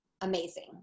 amazing